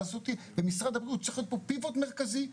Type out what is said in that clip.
הזאת ומשרד הבריאות צריך להיות פה פיבוט מרכזי,